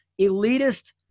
elitist